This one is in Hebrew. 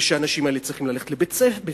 ושהאנשים האלה צריכים ללכת לבית-ספר,